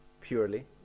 purely